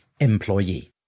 employee